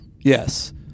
Yes